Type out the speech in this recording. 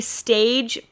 stage